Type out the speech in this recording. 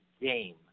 game